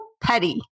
petty